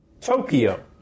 Tokyo